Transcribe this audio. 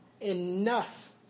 enough